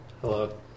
Hello